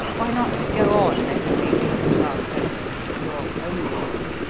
why not go on letting me be your last hope your only hope?